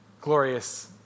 glorious